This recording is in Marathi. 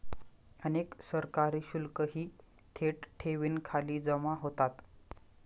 अनेक सरकारी शुल्कही थेट ठेवींखाली जमा होतात